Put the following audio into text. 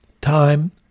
time